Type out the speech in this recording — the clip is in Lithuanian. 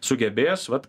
sugebės vat